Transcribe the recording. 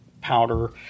powder